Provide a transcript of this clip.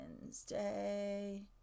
Wednesday